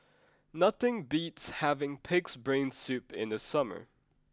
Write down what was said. nothing beats having Pig'S Brain Soup in the summer